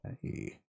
Hey